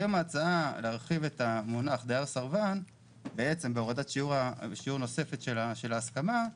היום ההצעה להרחיב את המונח דייר סרבן בהורדת שיעור נוספת של ההסכמה,